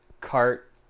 cart